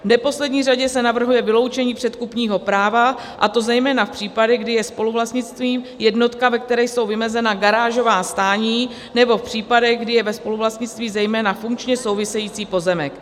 V neposlední řadě se navrhuje vyloučení předkupního práva, a to zejména v případech, kdy je spoluvlastnictvím jednotka, ve které jsou vymezena garážová stání, nebo v případech, kdy je ve spoluvlastnictví zejména funkčně související pozemek.